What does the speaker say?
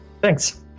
Thanks